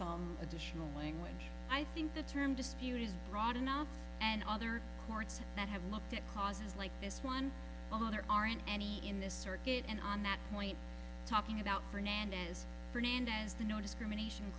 some additional language i think the term dispute is broad enough and other courts that have looked at causes like this one on there aren't any in this circuit and on that point talking about fernandez fernandez the no discrimination